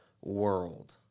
world